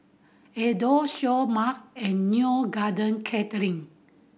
Adore Seoul Mart and Neo Garden Catering